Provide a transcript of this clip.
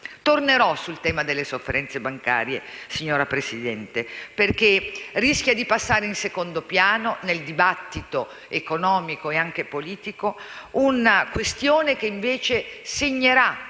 tornerò poi sul tema delle sofferenze bancarie perché rischia di passare in secondo piano, nel dibattito economico e anche politico, una questione che invece segnerà